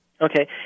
Okay